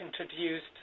introduced